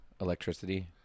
electricity